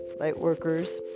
lightworkers